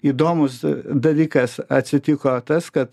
įdomus dalykas atsitiko tas kad